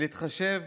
להתחשב